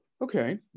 Okay